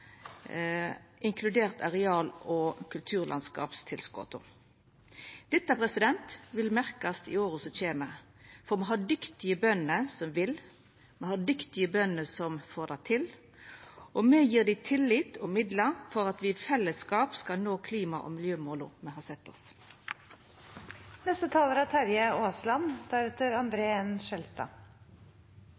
inkludert areal- og kulturlandskapstilskota. Dette vil merkast i åra som kjem, for me har dyktige bønder som vil, me har dyktige bønder som får det til, og me gjev dei tillit og midlar for at me i fellesskap skal nå klima- og miljømåla me har sett oss. Selv om vi nå er